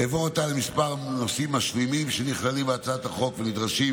אעבור עתה לכמה נושאים משלימים שנכללים בהצעת החוק ונדרשים